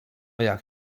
jak